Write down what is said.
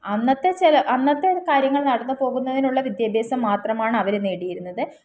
അന്നത്തെ ചില അന്നത്തെ കാര്യങ്ങൾ നടന്നുപോകുന്നതിനുള്ള വിദ്യാഭ്യാസം മാത്രമാണ് അവർ നേടിയിരുന്നത്